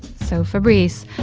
so fabrice,